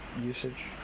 usage